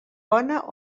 bona